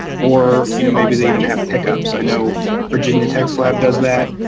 or you know maybe they even have pickups. i know virginia tech's lab does that.